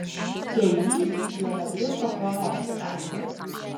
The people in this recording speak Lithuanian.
kely viena britva pro nosį praskuodė